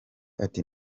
ati